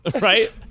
right